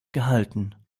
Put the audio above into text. gehalten